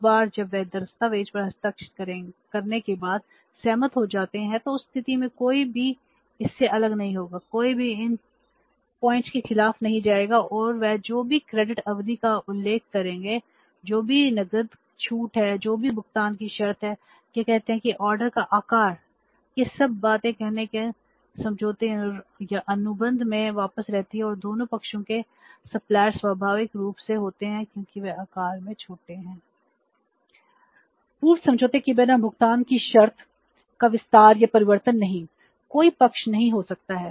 एक बार जब वे दस्तावेज पर हस्ताक्षर करने के बाद सहमत हो जाते हैं तो उस स्थिति में कोई भी इससे अलग नहीं होगा कोई भी उन बिंदुओं के खिलाफ नहीं जाएगा और वे जो भी क्रेडिट अवधि का उल्लेख करेंगे जो भी नकद छूट है जो भी भुगतान की शर्तें हैं क्या कहते हैं कि ऑर्डर का आकार यह सब बातें कहने के समझौते या अनुबंध में वापस रहती हैं और दोनों पक्षों के सप्लायर्स स्वाभाविक रूप से होते हैं क्योंकि वे आकार में छोटे होते हैं